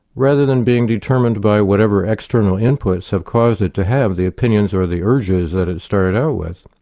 rather than being determined by whatever external inputs have caused it to have the opinions or the urges that it started out with.